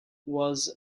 was